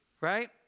Right